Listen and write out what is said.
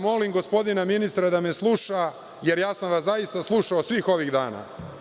Molim gospodina ministra da me sluša, jer ja sam vas zaista slušao svih ovih dana.